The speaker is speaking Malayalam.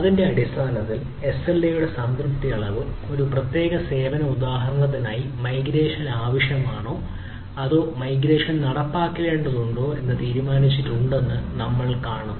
അതിന്റെ അടിസ്ഥാനത്തിൽ എസ്എൽഎ സംതൃപ്തിയുടെ അളവ് ഒരു പ്രത്യേക സേവന ഉദാഹരണത്തിനായി മൈഗ്രേഷൻ ആവശ്യമാണോ അതോ മൈഗ്രേഷൻ നടപ്പിലാക്കേണ്ടതുണ്ടോ എന്ന് തീരുമാനിച്ചിട്ടുണ്ടെന്ന് നമ്മൾ കാണിക്കുന്നു